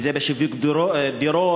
אם זה בשיווק דירות,